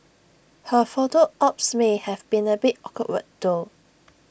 her photo ops may have been A bit awkward though